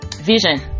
vision